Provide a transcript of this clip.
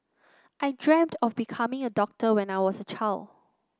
I dreamt of becoming a doctor when I was a child